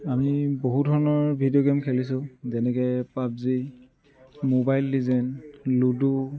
আমি বহুধৰণৰ video game খেলিছোঁ যেনেকৈ পাবজি মোবাইল লিজেণ্ড লুডু